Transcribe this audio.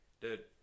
Dude